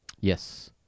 Yes